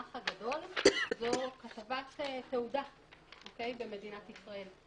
האח הגדול זו כתבת תעודה במדינת ישראל.